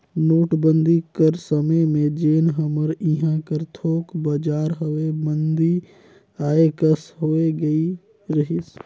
नोटबंदी कर समे में जेन हमर इहां कर थोक बजार हवे मंदी आए कस होए गए रहिस